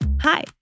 Hi